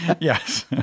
Yes